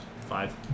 Five